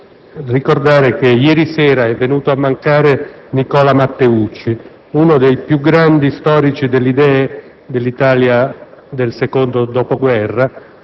ricordare che ieri sera è venuto a mancare Nicola Matteucci, uno dei più grandi storici delle idee dell'Italia del secondo dopoguerra,